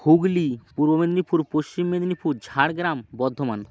Hooghly Purba Medinipur Paschim Medinipur Jhargram Bardhaman